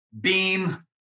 beam